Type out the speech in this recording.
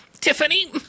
Tiffany